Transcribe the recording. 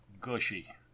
gushy